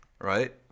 right